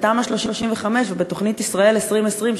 בתמ"א 35 ובתוכנית ישראל 2020,